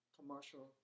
commercial